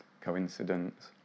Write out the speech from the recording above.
coincidence